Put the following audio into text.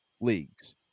leagues